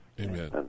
Amen